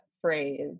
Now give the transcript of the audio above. phrase